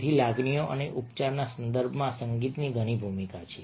તેથી લાગણીઓ અને ઉપચારના સંદર્ભમાં સંગીતની ઘણી ભૂમિકા છે